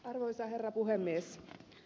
arvoisa herra puhemies